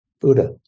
Buddha